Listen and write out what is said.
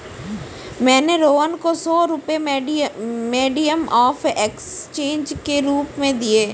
मैंने रोहन को सौ रुपए मीडियम ऑफ़ एक्सचेंज के रूप में दिए